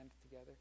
together